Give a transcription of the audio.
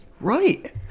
Right